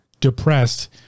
depressed